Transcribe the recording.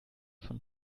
von